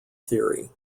theory